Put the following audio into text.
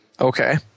Okay